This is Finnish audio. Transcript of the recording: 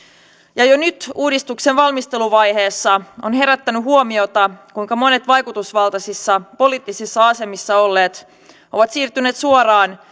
ja jo nyt uudistuksen valmisteluvaiheessa on herättänyt huomiota kuinka monet vaikutusvaltaisissa poliittisissa asemissa olleet ovat siirtyneet suoraan